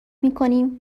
میکنیم